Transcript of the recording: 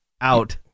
out